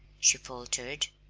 she faltered.